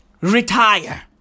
Retire